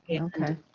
okay